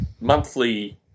monthly